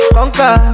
Conquer